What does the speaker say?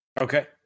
Okay